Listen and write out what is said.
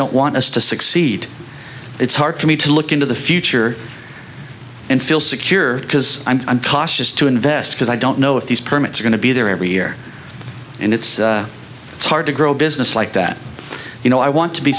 don't want us to succeed it's hard for me to look into the future and feel secure because i'm cautious to invest because i don't know if these permits are going to be there every year and it's hard to grow a business like that you know i want to be